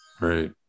right